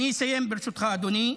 אני אסיים, ברשותך, אדוני.